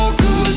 good